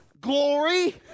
glory